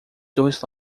dois